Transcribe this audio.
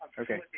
Okay